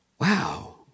Wow